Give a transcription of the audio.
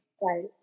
Right